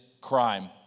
crime